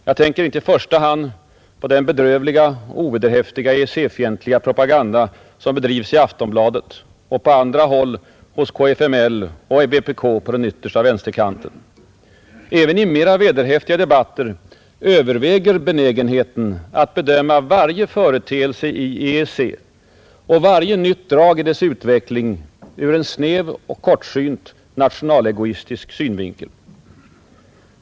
Jag tänker inte i första hand på den bedrövliga och ovederhäftiga EEC-fientliga propagandan som bedrivs i Aftonbladet och på andra håll hos kfml och vpk på den yttersta vänsterkanten. Även i mera vederhäftiga debatter överväger benägenheten att bedöma varje företeelse i EEC och varje nytt drag i dess utveckling ur en snäv och kortsynt nationalegoistisk synvinkel.